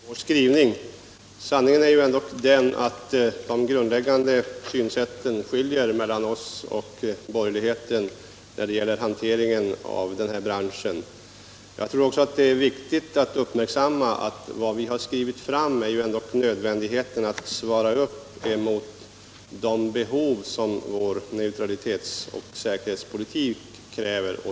Herr talman! Det är värdefullt att herr Andersson i Örebro hittar någonting positivt i vår skrivning. Men sanningen är ju ändå den att borgerligheten och vi skiljer oss i fråga om det grundläggande synsättet när det gäller hanteringen av den här branschen. Jag tror att det är viktigt att uppmärksamma att vad vi betonat är nödvändigheten att vi motsvarar de krav som vår neutralitetsoch säkerhetspolitik ställer.